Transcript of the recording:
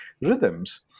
rhythms